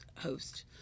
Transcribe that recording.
host